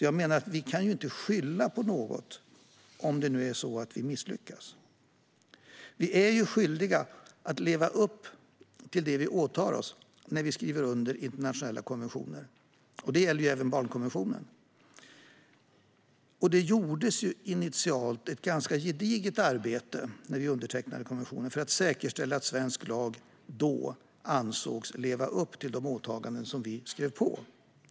Jag menar därför att vi inte kan skylla på något om vi misslyckas. Vi är skyldiga att leva upp till det vi åtar oss när vi skriver under internationella konventioner. Detta gäller även barnkonventionen. Det gjordes initialt, när vi undertecknade konventionen, ett ganska gediget arbete för att säkerställa att svensk lag då kunde anses leva upp till de åtaganden som vi skrev under på.